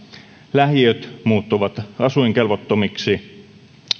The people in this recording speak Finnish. lähiöt muuttuvat asuinkelvottomiksi